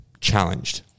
challenged